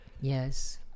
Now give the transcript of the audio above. Yes